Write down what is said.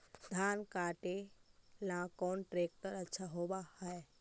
धान कटे ला कौन ट्रैक्टर अच्छा होबा है?